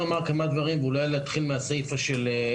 מקלט", וכולנו מדברים על הקושי בסיפור הזה.